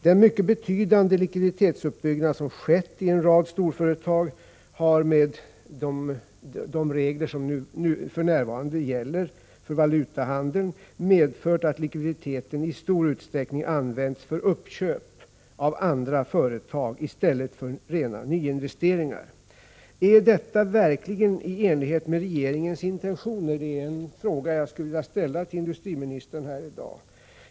Den mycket betydande likviditetsuppbyggnad som skett i en rad storföretag har med de regler som för närvarande gäller för valutahandeln medfört att likviditeten i stor utsträckning använts för uppköp av andra företag i stället för rena nyinvesteringar. Är detta verkligen i enlighet med regeringens intentioner? Det är en fråga jag skulle vilja ställa till industriministern i dag.